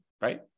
Right